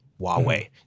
Huawei